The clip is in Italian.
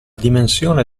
dimensione